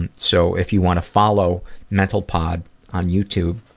and so if you want to follow mentalpod on youtube,